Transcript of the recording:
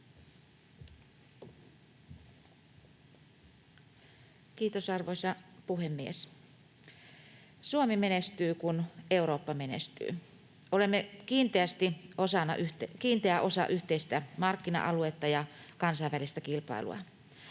Kiitos, arvoisa puhemies! Suomi menestyy, kun Eurooppa menestyy. Olemme kiinteä osa yhteistä markkina-aluetta ja kansainvälistä kilpailua.